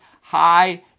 High